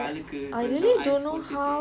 ice bath